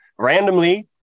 Randomly